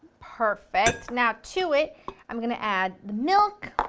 perfect, now to it i'm going to add milk,